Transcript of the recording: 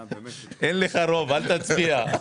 אין לך רוב, אל תצביע.